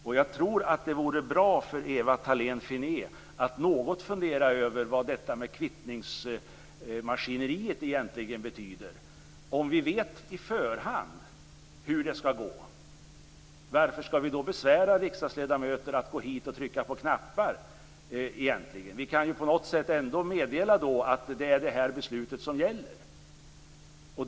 Och jag tror att det vore bra för Eva Thalén Finné att något fundera över vad detta med kvittningsmaskineriet egentligen betyder. Om vi vet i förhand hur det skall gå, varför skall vi då besvära riksdagsledamöter med att gå hit och trycka på knappar egentligen? Vi kan ju på något sätt ändå meddela då att det är det här beslutet som gäller.